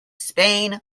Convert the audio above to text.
spain